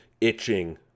itching